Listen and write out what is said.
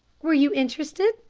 were you interested?